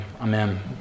amen